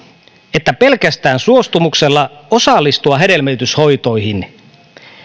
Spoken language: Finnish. että pelkästään suostumuksella voisi osallistua hedelmöityshoitoihin